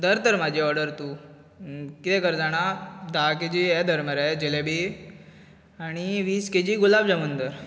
धर तर म्हाजी ऑर्डर तूं कितें कर जाणा धा के जी हे धर मरे जिलेबी आनी वीस के जी गुलाबजामून धर